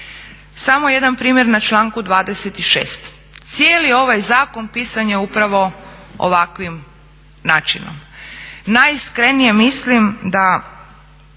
Samo jedan primjer na članku 26. Cijeli ovaj zakon pisan je upravo ovakvim načinom. Najiskrenije mislim da